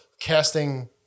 casting